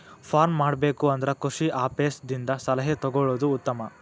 farm ಮಾಡಬೇಕು ಅಂದ್ರ ಕೃಷಿ ಆಪೇಸ್ ದಿಂದ ಸಲಹೆ ತೊಗೊಳುದು ಉತ್ತಮ